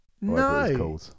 No